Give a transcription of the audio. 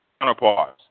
counterparts